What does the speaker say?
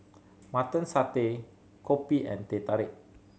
Mutton Satay kopi and Teh Tarik